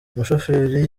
umushoferi